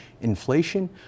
inflation